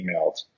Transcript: emails